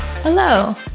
Hello